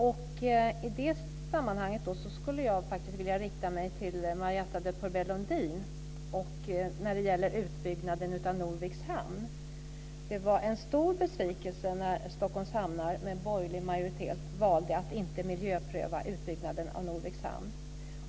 I det sammanhanget skulle jag faktiskt vilja rikta mig till Marietta de Pourbaix-Lundin. Det gäller utbyggnaden av Norviks hamn. Det var en stor besvikelse när Stockholms hamnar med borgerlig majoritet valde att inte miljöpröva utbyggnaden av Norviks hamn.